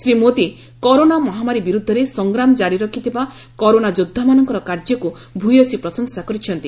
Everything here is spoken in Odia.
ଶ୍ରୀ ମୋଦୀ କରୋନା ମହାମାରୀ ବିରୁଦ୍ଧରେ ସଂଗ୍ରାମ ଜାରି ରଖିଥିବା କରୋନା ଯୋଦ୍ଧାମାନଙ୍କର କାର୍ଯ୍ୟକୁ ଭୂୟସୀ ପ୍ରଶଂସା କରିଥିଲେ